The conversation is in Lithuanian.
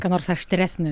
ką nors aštresnį